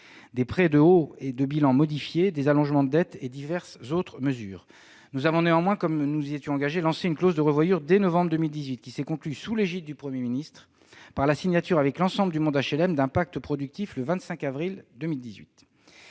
des prêts de haut de bilan bonifiés, des allongements de dette et diverses autres mesures. Nous avons néanmoins, comme nous nous y étions engagés, lancé une clause de revoyure dès novembre 2018, qui s'est conclue, sous l'égide du Premier ministre, par la signature avec l'ensemble du monde HLM d'un pacte productif le 25 avril 2019.